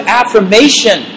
affirmation